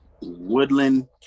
Woodland